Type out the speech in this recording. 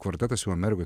kvartetas jau amerikoj